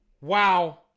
Wow